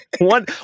One